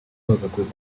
bagakwiye